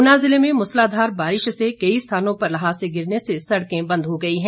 ऊना जिले में मूसलाधार बारिश से कई स्थानों पर लहासे गिरने से सड़कें बंद हो गई हैं